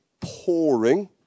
pouring